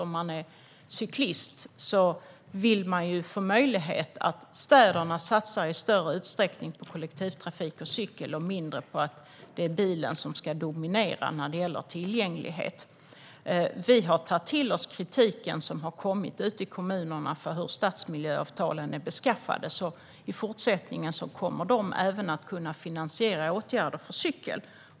Är man cyklist vill man att städerna i större utsträckning ska satsa på kollektivtrafik och cykel och mindre på att bilen ska dominera när det gäller tillgänglighet. Vi har tagit till oss kommunernas kritik av hur stadsmiljöavtalen är beskaffade, så i fortsättningen kommer de även att kunna finansiera åtgärder för cykel.